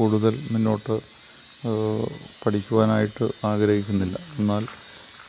കൂടുതൽ മുന്നോട്ട് പഠിക്കുവാനായിട്ട് ആഗ്രഹിക്കുന്നില്ല എന്നാൽ